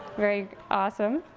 very awesome.